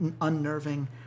unnerving